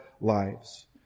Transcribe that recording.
lives